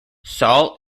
saul